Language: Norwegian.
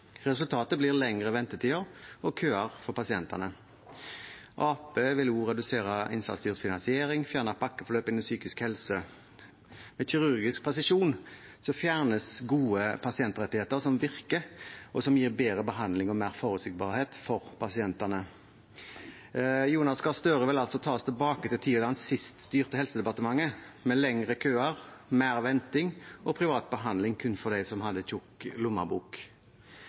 Resultatet blir lengre ventetider og køer for pasientene. Arbeiderpartiet vil også redusere innsatsstyrt finansiering og fjerne pakkeforløpet innen psykisk helse. Med kirurgisk presisjon fjernes gode pasientrettigheter som virker, og som gir bedre behandling og mer forutsigbarhet for pasientene. Jonas Gahr Støre vil altså ta oss tilbake til tiden da han sist styrte Helsedepartementet, med lengre køer, mer venting og privat behandling kun for dem som hadde